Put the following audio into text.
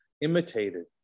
imitated